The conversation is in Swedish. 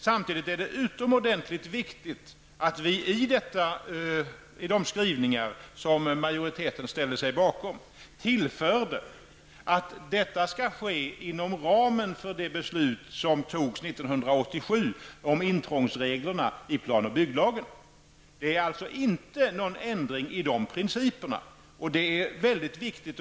Samtidigt är det utomordentligt viktigt att vi i de skrivningar som majoriteten ställde sig bakom tillförde att detta skall ske inom ramen för det beslut som fattades Det är alltså inte fråga om någon ändring i de principerna, vilket är mycket viktigt.